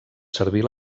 servir